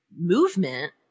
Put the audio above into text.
movement